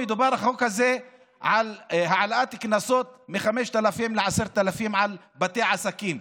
בחוק הזה מדובר על העלאת קנסות מ-5,000 ל-10,000 על בתי עסקים,